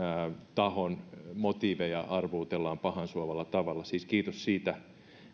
tahon motiiveja arvuutellaan pahansuovalla tavalla siis kiitos siitä